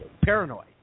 paranoid